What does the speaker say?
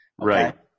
Right